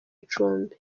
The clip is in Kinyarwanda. icumbi